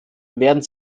werden